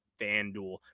Fanduel